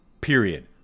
period